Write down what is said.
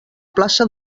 plaça